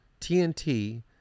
tnt